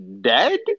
dead